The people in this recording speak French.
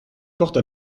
porte